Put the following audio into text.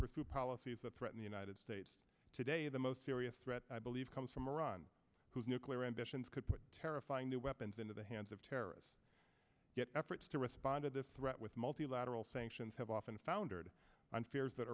pursue policies that threaten the united states today the most serious threat i believe comes from iran whose nuclear ambitions could put terrifying new weapons into the hands of terrorists get efforts to respond to this threat with multilateral sanctions have often foundered on fears that